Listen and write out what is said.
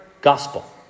Gospel